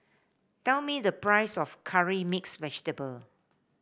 tell me the price of Curry Mixed Vegetable